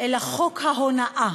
אלא חוק ההונאה,